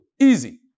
Easy